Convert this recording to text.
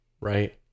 right